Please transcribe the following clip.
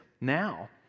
now